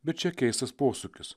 bet čia keistas posūkis